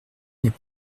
n’est